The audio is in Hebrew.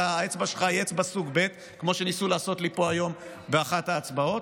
האצבע שלך היא אצבע סוג ב' כמו שניסו לעשות לי פה היום באחת ההצבעות.